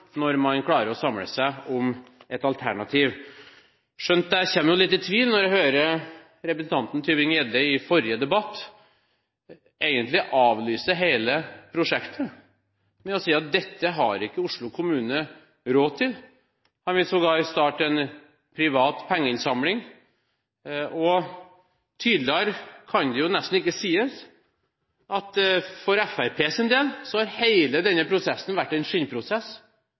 når man klarer å samle seg om et alternativ. Skjønt jeg blir jo litt i tvil når jeg hører representanten Tybring-Gjedde i forrige debatt egentlig avlyse hele prosjektet ved å si at dette har ikke Oslo kommune råd til. Han vil sågar starte en privat pengeinnsamling, og tydeligere kan det jo nesten ikke sies: For Fremskrittspartiets del har hele denne prosessen vært en skinnprosess